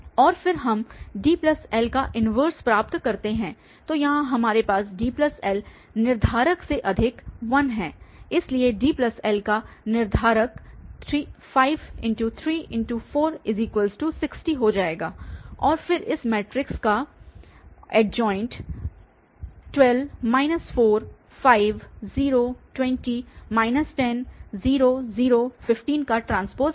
और फिर हम DL का इन्वर्स प्राप्त कर सकते हैं तो यहाँ हमरे पास DL निर्धारक से अधिक 1 है इसलिए DL का निर्धारक 5×3×460 हो जाएगा और फिर यह इस मैट्रिक्स का अडजाइन्ट 12 4 5 0 20 10 0 0 15 T है